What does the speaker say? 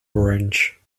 orange